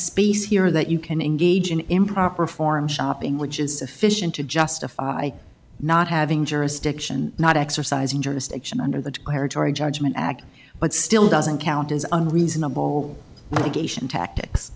space here that you can engage in improper forum shopping which is sufficient to justify not having jurisdiction not exercising jurisdiction under the declaratory judgment act but still doesn't count as unreasonable